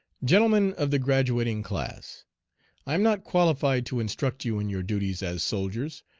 gentlemen of the graduating class i am not qualified to instruct you in your duties as soldiers,